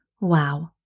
Wow